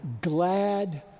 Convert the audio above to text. glad